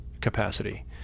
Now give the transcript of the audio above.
capacity